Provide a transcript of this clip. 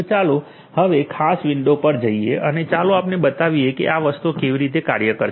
તો ચાલો હવે આ ખાસ વિંડો પર જઈએ અને ચાલો આપણે બતાવીએ કે આ વસ્તુઓ કેવી રીતે કાર્ય કરશે